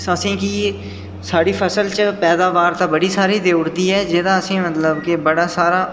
असेंगी साढ़ी फसल च पैदावार ते बड़ी सारी देई ओड़दी ऐ जेह्दा असेंगी मतलब बड़ा सारा